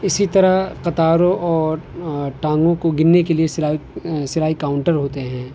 اسی طرح قطاروں اور ٹانگوں کو گننے کے لیے سلائی سلائی کاؤنٹر ہوتے ہیں